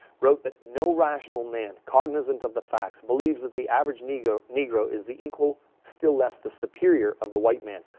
wrote that no rational man, cognizant of the facts, believes that the average negro negro is the equal, still less the superior the white man.